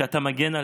שאתה מגן עליהם.